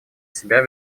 себя